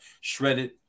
shredded